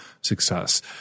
success